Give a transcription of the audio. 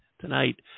tonight